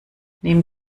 nimm